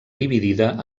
dividida